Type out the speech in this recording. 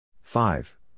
five